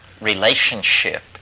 relationship